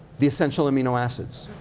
the essential amino acids.